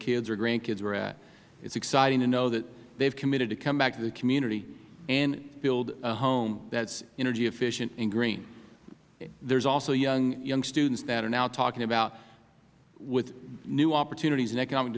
kids or grandkids were at it is exciting to know that they have committed to come back to the community and build a home that is energy efficient and green there are also young students that are now talking about with the new opportunities and economic